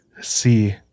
see